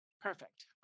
Perfect